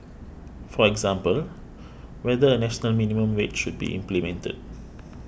for example whether a national minimum wage should be implemented